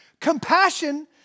Compassion